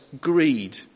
greed